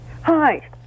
Hi